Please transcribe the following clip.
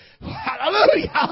Hallelujah